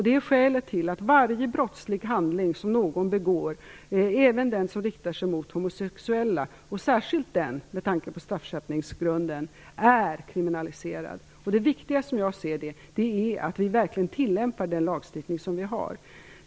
Det är skälet till att varje brottslig handling som någon begår, även den som riktar sig mot homosexuella, och särskilt den med tanke på straffskärpningsgrunden, är kriminaliserad. Det viktiga som jag ser det är att vi verkligen tillämpar den lagstiftning vi har.